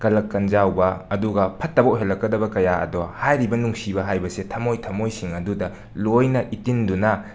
ꯀꯂꯛ ꯀꯟꯖꯥꯎꯕ ꯑꯗꯨꯒ ꯐꯠꯇꯕ ꯑꯣꯏꯍꯜꯂꯛꯀꯗꯕ ꯀꯌꯥ ꯑꯗꯣ ꯍꯥꯏꯔꯤꯕ ꯅꯨꯡꯁꯤꯕ ꯍꯥꯏꯕꯁꯦ ꯊꯝꯃꯣꯏ ꯊꯝꯃꯣꯏꯁꯤꯡ ꯑꯗꯨꯗ ꯂꯣꯏꯅ ꯏꯇꯤꯟꯗꯨꯅ